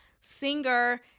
Singer